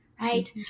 right